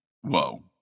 whoa